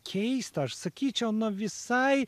keistą aš sakyčiau nuo visai